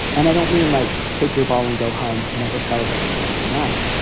and i don't mean like take your ball and go home. never celebrate your friends again.